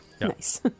Nice